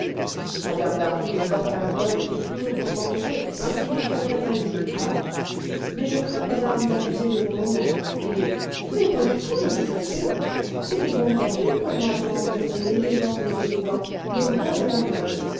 mme d'harville est fort à la mode et toujours fort entourée ainsi qu'il convient à une jolie femme mais je crains madame d'abuser de vos moments et mais pas du tout je vous assure c'est une bonne fortune pour moi de rencontrer l'élégant des élégants le roi de la mode